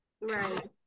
Right